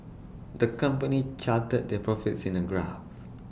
the company charted their profits in A graph